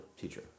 teacher